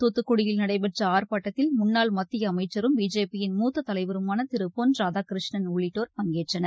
தூத்துக்குடியில் நடைபெற்ற ஆர்ப்பாட்டத்தில் முன்னாள் மத்திய அமைச்சரும் பிஜேபி யின் மூத்த தலைவருமான திரு பொன் ராதாகிருஷ்ணன் உள்ளிட்டோர் பங்கேற்றனர்